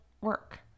work